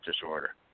disorder